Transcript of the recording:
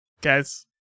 Guys